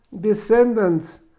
descendants